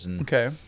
Okay